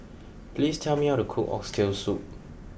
please tell me how to cook Oxtail Soup